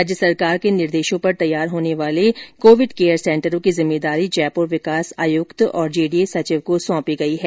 राज्य सरकार के निर्देशों पर तैयार होने वाले कोविड केयर सेंटरों की जिम्मेदारी जयपुर विकास आयुक्त और जेडीए सचिव को सौंपी गई है